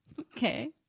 Okay